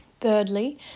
Thirdly